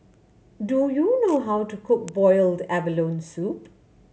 do you know how to cook boiled abalone soup